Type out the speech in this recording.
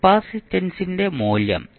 കപ്പാസിറ്റൻസിന്റെ മൂല്യം